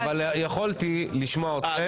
שרון, יכולתי לשמוע אתכם,